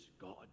God